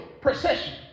procession